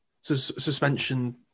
Suspension